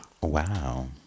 Wow